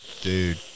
Dude